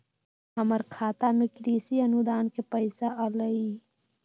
हमर खाता में कृषि अनुदान के पैसा अलई?